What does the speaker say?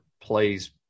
plays